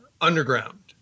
underground